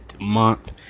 Month